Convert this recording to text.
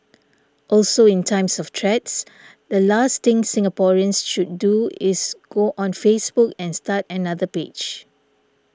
also in times of threats the last thing Singaporeans should do is go on Facebook and start another page